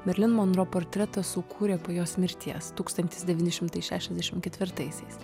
merlin monro portretą sukūrė po jos mirties tūkstantis devyni šimtai šešiasdešim ketvirtaisiais